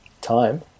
Time